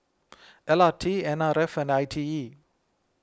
L R T N R F and I T E